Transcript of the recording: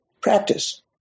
practice